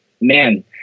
man